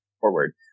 forward